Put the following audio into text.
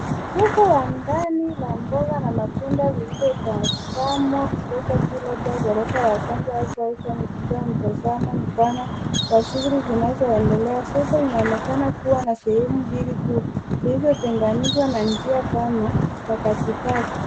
Soko la ndani la mboga na matunda lililotazamwa kutoka juu labda ghorofa ya kwanza au balkoni ikitoa mtazamo mpana wa shughuli zinazoendelea . Soko inaonekana kuwa na sehemu mbili kuu vilivyotengenishwa na njia pana ya katikati.